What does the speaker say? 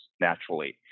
naturally